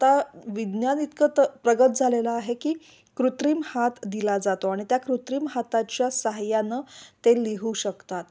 आता विज्ञान इतकं त प्रगत झालेला आहे की कृत्रिम हात दिला जातो आणि त्या कृत्रिम हाताच्या सहाय्यानं ते लिहू शकतात